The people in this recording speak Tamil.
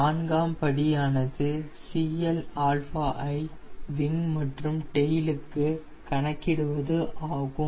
நான்காம் படியானது Cl ஐ விங் மற்றும் டெயிலுக்கு கணக்கிடுவது ஆகும்